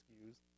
use